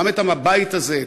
גם את הבית הזה,